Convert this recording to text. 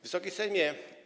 Wysoki Sejmie!